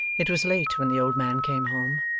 it was late when the old man came home.